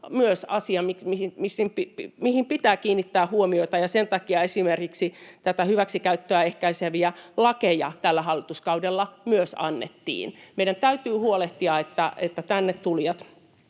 myös asia, mihin pitää kiinnittää huomiota, ja sen takia esimerkiksi hyväksikäyttöä ehkäiseviä lakeja tällä hallituskaudella myös annettiin. Meidän täytyy huolehtia, että tänne tulijat